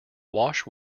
wash